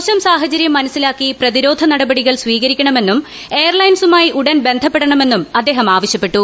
മോശം സാഹചര്യം മനസിലാക്കി പ്രതിരോധ നടപടികൾ സ്വീകരിക്കണമെന്നും എയർലൈൻസുമായി ഉടൻ ബന്ധപ്പെടണമെന്നും അദ്ദേഹം ആവശ്യപ്പെട്ടു